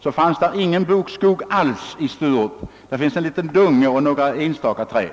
Det enda jag såg vid mitt besök var en liten dunge och några enstaka träd.